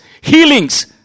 healings